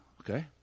okay